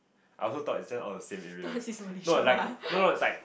I also thought it's just all the same area no like no no it's like